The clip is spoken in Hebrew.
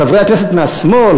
חברי הכנסת מהשמאל,